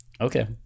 Okay